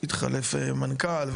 התחלף מנכ"ל,